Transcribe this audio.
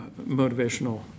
motivational